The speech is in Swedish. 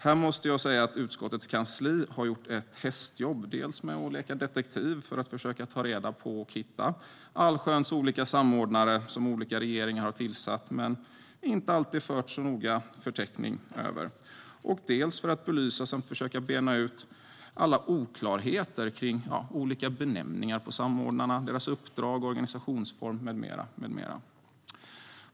Här måste jag säga att utskottets kansli har gjort ett hästjobb, dels med att leka detektiv för att försöka ta reda på och hitta allsköns samordnare som olika regeringar har tillsatt men inte alltid fört så noga bok över, dels för att belysa och försöka bena ut alla oklarheter när det gäller benämningar på samordnarna, deras uppdrag och organisationsform med mera.